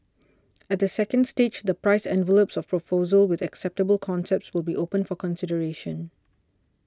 at the second stage the price envelopes of proposals with acceptable concepts will be opened for consideration